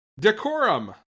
Decorum